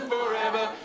Forever